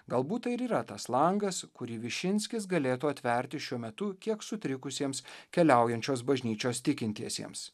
galbūt tai ir yra tas langas kurį višinskis galėtų atverti šiuo metu kiek sutrikusiems keliaujančios bažnyčios tikintiesiems